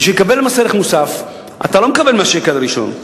כדי לקבל אתה לא מקבל מהשקל הראשון,